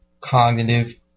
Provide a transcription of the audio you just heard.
cognitive